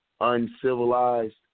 uncivilized